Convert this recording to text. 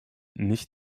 nicht